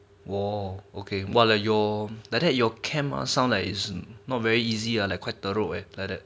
wor okay !wah! like your like that your camp ah sound like it's not very easy ah like quite thorough like that